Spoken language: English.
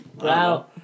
Wow